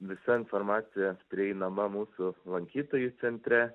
visa informacija prieinama mūsų lankytojų centre